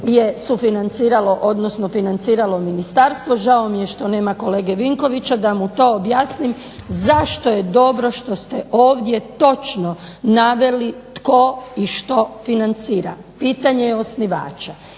funkcije je financiralo ministarstvo. Žao mi je što nema kolege Vinkovića da to objasnim zašto je dobro što ste ovdje točno naveli tko i što financira. Pitanje je osnivača.